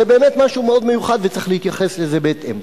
זה באמת משהו מאוד מיוחד וצריך להתייחס לזה בהתאם.